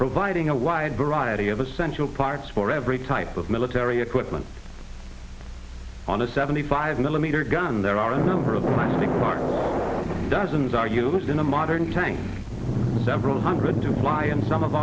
providing a wide variety of essential parts for every type of military equipment on a seventy five millimeter gun there are a number of things dozens are used in a modern tank several hundred to apply and some of